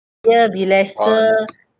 ya be lesser